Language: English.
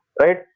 right